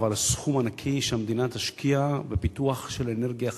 על סכום ענקי שהמדינה תשקיע בפיתוח של אנרגיה חלופית,